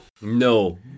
No